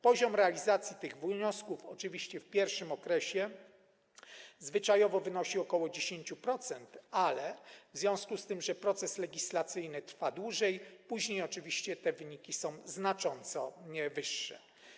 Poziom realizacji tych wniosków oczywiście w pierwszym okresie zwyczajowo wynosi ok. 10%, ale w związku z tym, że proces legislacyjny trwa dłużej, później oczywiście te wyniki są znacząco wyższe.